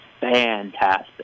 fantastic